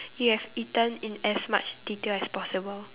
you have eaten in as much detail as possible